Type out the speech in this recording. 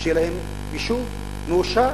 שיהיה להם יישוב מאושר,